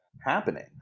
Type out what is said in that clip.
happening